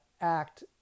Act